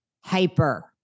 hyper